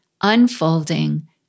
unfolding